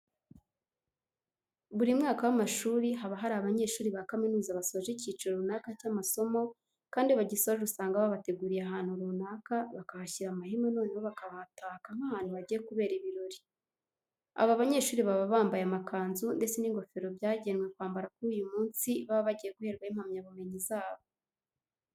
Buri mwaka w'amashuri haba hari abanyeshuri ba kaminuza basoje icyiciro runaka cy'amasomo kandi iyo bagisoje usanga babateguriye ahantu runaka, bakahashyira amahema noneho bakahataka nk'ahantu hagiye kubera ibirori. Aba banyeshuri baba bambaye amakanzu ndetse n'ingofero byagenwe kwambarwa kuri uyu munsi baba bagiye guherwaho impamyabumenyi zabo.